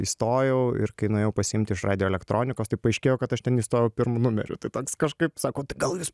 įstojau ir kai nuėjau pasiimti iš radioelektronikos tai paaiškėjo kad aš ten įstojau pirmu numeriu tai toks kažkaip sako tai gal jūs